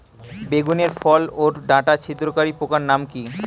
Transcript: বেগুনের ফল ওর ডাটা ছিদ্রকারী পোকার নাম কি?